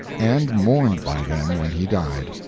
and mourned by them when he died.